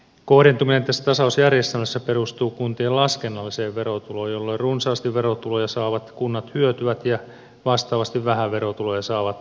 kohdentuminen tässä tasausjärjestelmässä perustuu kuntien laskennalliseen verotuloon jolloin runsaasti verotuloja saavat kunnat hyötyvät ja vastaavasti vähän verotuloja saavat menettävät uudistuksessa